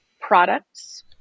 products